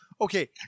okay